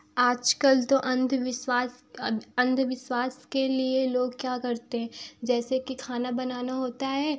आजकल तो अंधविश्वास अंधविश्वास के लिए लोग क्या करते हैं जैसे कि खाना बनाना होता है